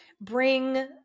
bring